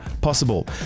possible